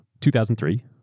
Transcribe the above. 2003